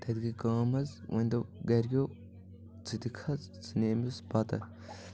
تَتہِ گٔے کأم حظ وۄنۍ دوٚپ گرِکیو ژٕ تہِ کھژ ژٕ نہِ أمِس بتہٕ